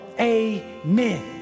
Amen